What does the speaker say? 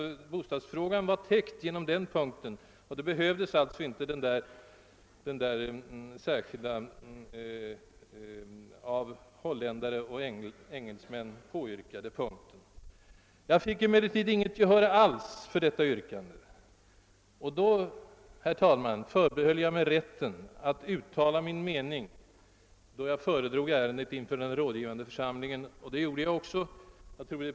Bostadsfrågan var alltså täckt genom skrivningen i denna punkt, och då behövdes inte den särskilda, av holländare och engelsmän påyrkade punkten om uppställningsplatser. Jag fick emellertid inget gehör för min mening, och då förbehöll jag mig uttryckligen rätten att uttala denna i samband med att jag föredrog ärendet inför den rådgivande församlingen, vilket jag också gjorde.